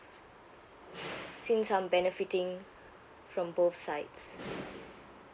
since I'm benefitting from both sides